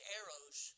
arrows